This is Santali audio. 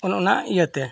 ᱚᱱ ᱚᱱᱟ ᱤᱭᱟᱹᱛᱮ